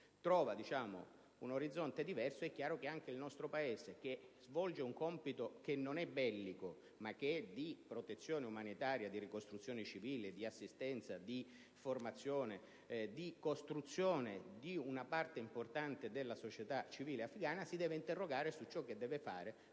trova un orizzonte diverso, anche il nostro Paese, che svolge un compito che non è bellico ma di protezione umanitaria, di ricostruzione civile, di assistenza, formazione e costruzione di una parte importante della società civile afgana, si deve interrogare su ciò che deve fare,